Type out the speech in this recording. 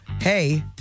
hey